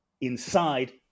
Inside